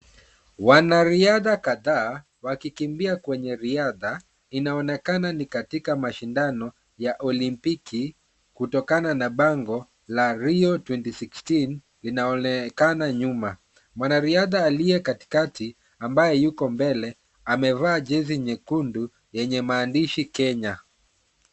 Wanariadha kadhaa wakikimbia kwenye riadha, inaonekana ni katika mashindano ya olimpiki kutokana na bango la Rio 2016 linaonekana nyuma. Mwanariadha aliye katikati ambaye yuko mbele amevaa jezi nyekundu yenye maandishi Kenya.